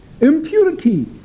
impurity